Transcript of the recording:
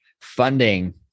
funding